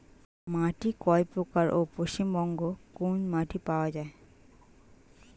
মাটি কয় প্রকার ও পশ্চিমবঙ্গ কোন মাটি পাওয়া য়ায়?